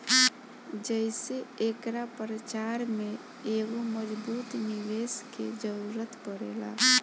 जेइसे एकरा प्रचार में एगो मजबूत निवेस के जरुरत पड़ेला